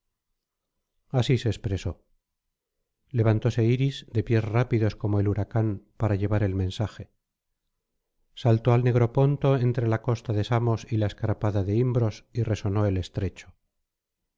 así se expresó levantóse iris de pies rápidos como el huracán para llevar el mensaje saltó al negro ponto entre la costa de samos y la escarpada de imbros y resonó el estrecho